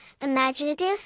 imaginative